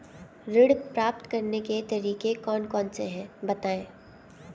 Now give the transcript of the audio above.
ऋण प्राप्त करने के तरीके कौन कौन से हैं बताएँ?